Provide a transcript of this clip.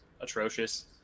atrocious